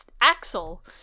Axel